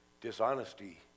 dishonesty